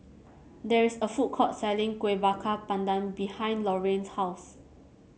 there is a food court selling Kuih Bakar Pandan behind Lorayne's house